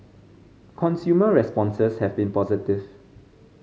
consumer responses have been positive